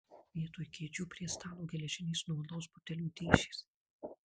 vietoj kėdžių prie stalo geležinės nuo alaus butelių dėžės